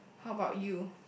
how about you